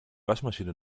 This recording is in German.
waschmaschine